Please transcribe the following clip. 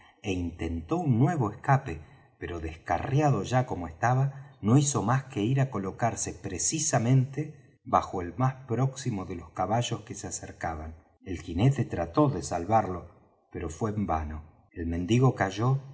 é intentó un nuevo escape pero descarriado ya como estaba no hizo más que ir á colocarse precisamente bajo el más próximo de los caballos que se acercaban el ginete trató de salvarlo pero fué en vano el mendigo cayó